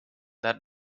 that